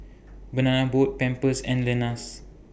Banana Boat Pampers and Lenas